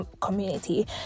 community